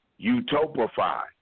utopify